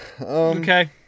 Okay